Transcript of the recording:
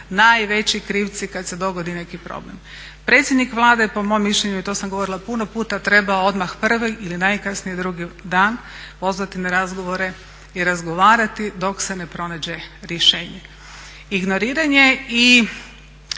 najveći krivci kad se dogodi neki problem. Predsjednik Vlade je po mom mišljenju, i to sam govorila puno puta, trebao odmah prvi ili najkasnije drugi dan pozvati na razgovore i razgovarati dok se ne pronađe rješenje. Ignoriranje i